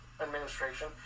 administration